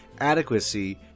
adequacy